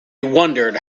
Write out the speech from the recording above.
wondered